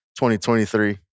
2023